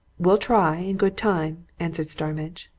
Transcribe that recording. we'll try, in good time, answered starmidge.